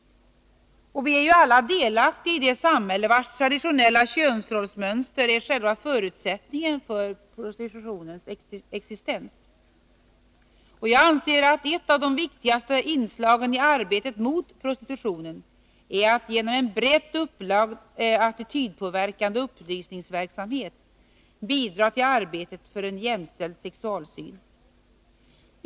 Vi är alla delaktiga i det samhälle vars traditionella könsrollsmönster är själva förutsättningen för prostitutionens existens. Jag anser att ett av de viktigaste inslagen i arbetet mot prostitutionen är att genom en brett upplagd attitydpåverkande upplysningsverksamhet bidra till arbetet för en jämställd sexualsyn.